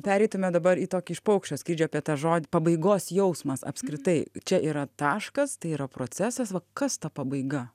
pereitume dabar į tokį iš paukščio skrydžio apie tą žodį pabaigos jausmas apskritai čia yra taškas tai yra procesas va kas ta pabaiga